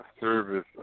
service